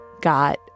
got